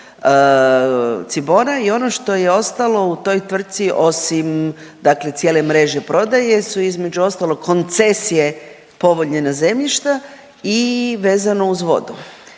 I ono što je ostalo u toj tvrtci osim, dakle cijele mreže prodaje su između ostalog koncesije …/Govornica se ne razumije./… zemljišta i vezano uz vodu.